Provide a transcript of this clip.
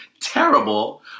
terrible